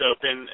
Open